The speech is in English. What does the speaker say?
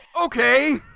Okay